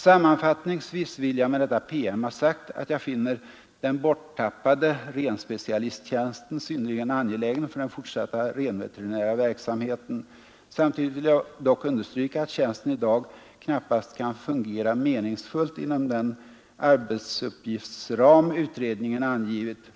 Sammanfattningsvis vill jag med detta PM ha sagt, att jag finner den ”borttappade” renspecialisttjänsten synnerligen angelägen för den fortsatta renveterinära verksamheten. Samtidigt vill jag dock understryka att tjänsten i dag knappast kan fungera meningsfullt inom den arbetsuppgiftsram utredningen angivit.